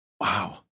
Wow